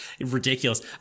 ridiculous